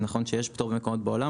זה נכון שיש פטור במקומות בעולם,